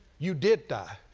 you did die,